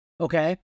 Okay